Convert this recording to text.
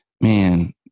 man